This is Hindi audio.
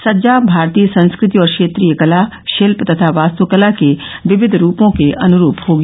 सज्जा भारतीय संस्कृति और क्षेत्रीय कला शिल्प तथा वास्तुकला के विविध रूपों के अनुरूप होगी